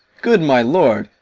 good my lord,